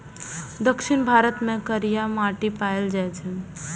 दक्षिण भारत मे करिया माटि पाएल जाइ छै